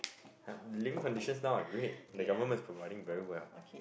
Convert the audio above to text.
!huh! living conditions now are great the government is providing very well